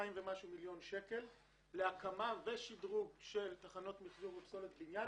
ומשהו מיליון שקל להקמה ושדרוג של תחנות מחזור לפסולת בניין,